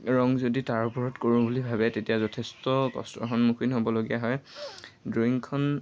ৰং যদি তাৰ ওপৰত কৰোঁ বুলি ভাবে তেতিয়া যথেষ্ট কষ্টৰ সন্মুখীন হ'বলগীয়া হয় ড্ৰয়িংখন